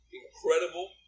incredible